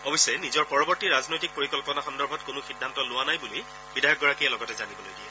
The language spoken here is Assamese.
অৱশ্যে নিজৰ পৰৱৰ্তী ৰাজনৈতিক পৰিকল্পনা সন্দৰ্ভত কোনো সিদ্ধান্ত লোৱা নাই বুলি বিধায়কগৰাকীয়ে লগতে জানিবলৈ দিয়ে